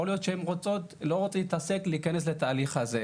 יכול גם להיות שהן לא רוצות להיכנס לתוך התהליך הזה,